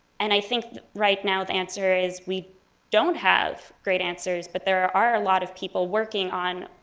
and i think, right now, the answer is we don't have great answers, but there are a lot of people working on,